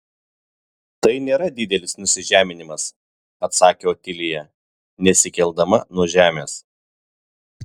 tai nėra didelis nusižeminimas atsakė otilija nesikeldama nuo žemės